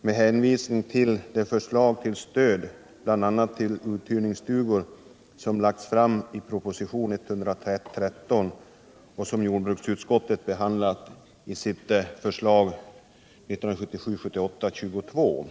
med hänvisning till de förslag till stöd bl.a. till uthyrningsstugor som lagts fram i propositionen 1977 78:22.